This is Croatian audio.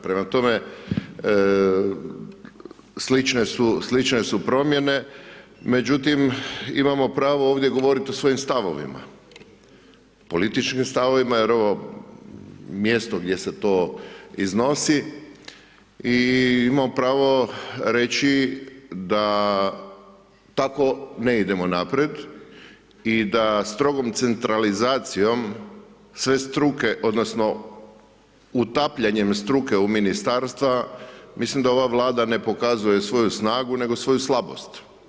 Prema tome, slične su promjene, međutim, imamo pravo ovdje govoriti o svojim stavovima, političnim stavovima jer je ovo mjesto gdje se to iznosi i imam pravo reći da tako ne idemo naprijed i da strogom centralizacijom sve struke odnosno utapljanjem struke u Ministarstva, mislim da ova Vlada ne pokazuje svoju snagu, nego svoju slabost.